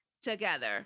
together